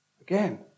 Again